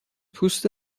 پوست